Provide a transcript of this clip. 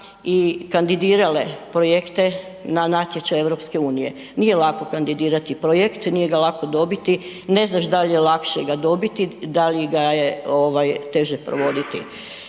i kandidirale projekte na natječaj EU. Nije lako kandidirat projekte nije ga lako dobiti, ne znaš da li je lakše ga dobiti, da li ga je ovaj teže provoditi